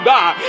God